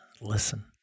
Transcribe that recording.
listen